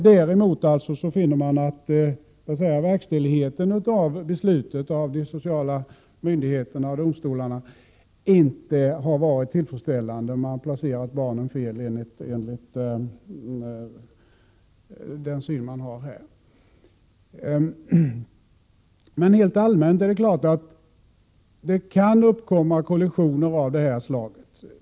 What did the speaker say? Däremot finner man att verkställigheten av besluten av de sociala myndigheterna och domstolarna inte varit tillfredsställande. Barnen har placerats fel enligt synen i domstolsutslaget. Men helt allmänt är det klart att det kan uppstå kollisioner av det här slaget.